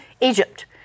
Egypt